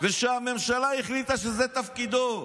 והממשלה החליטה שזה תפקידו.